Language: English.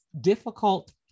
difficult